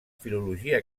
filologia